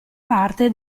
parte